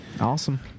awesome